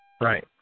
Right